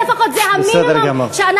(קורעת את